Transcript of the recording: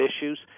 issues